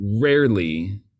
rarely